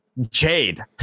Jade